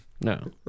No